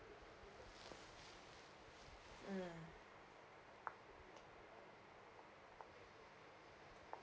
mm